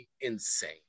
insane